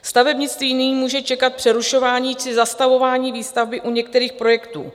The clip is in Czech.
Stavebnictví nyní může čekat přerušování či zastavování výstavby u některých projektů.